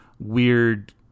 weird